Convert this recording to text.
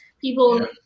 people